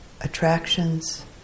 attractions